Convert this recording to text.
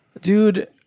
Dude